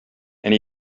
and